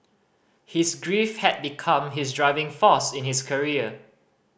his grief had become his driving force in his career